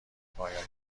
پایان